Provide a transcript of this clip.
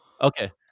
Okay